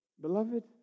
Beloved